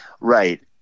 right